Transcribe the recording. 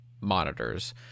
monitors